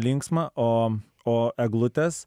linksma o o eglutės